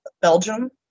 Belgium